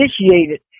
initiated